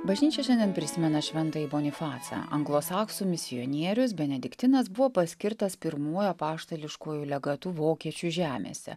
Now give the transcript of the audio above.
bažnyčia šiandien prisimena šventąjį bonifacą anglosaksų misionierius benediktinas buvo paskirtas pirmuoju apaštališkuoju legatu vokiečių žemėse